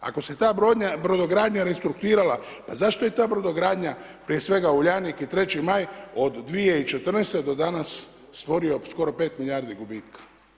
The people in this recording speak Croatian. Ako se ta brodogradnja restrukturirala, pa zašto je ta brodogradnja, prije svega Uljanik i 3. Maj od 2014., pa do danas stvorio skoro 5 milijardi gubitka.